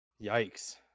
yikes